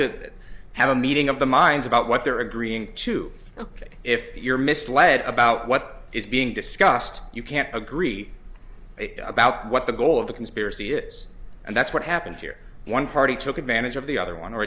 that have a meeting of the minds about what they're agreeing to ok if you're misled about what is being discussed you can't agree about what the goal of the conspiracy is and that's what happened here one party took advantage of the other one or